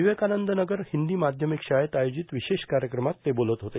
विवेकानंदनगर हिंदी माध्यमिक शाळेत आयोजित विशेष कार्यक्रमात ते बोलत होते